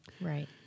Right